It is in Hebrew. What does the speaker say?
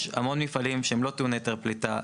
יש המון מפעלים שהם לא טעוני היתר פליטה.